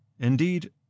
Indeed